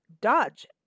Dodge